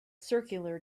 circular